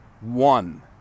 One